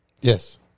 Yes